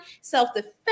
self-defense